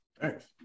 Thanks